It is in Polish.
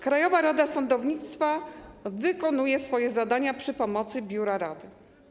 Krajowa Rada Sądownictwa wykonuje swoje zadania przy pomocy biura rady.